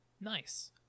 Nice